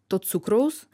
to cukraus